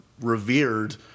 revered